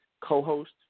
co-host